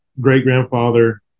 great-grandfather